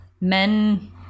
men